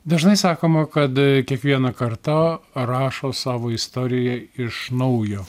dažnai sakoma kad kiekviena karta rašo savo istoriją iš naujo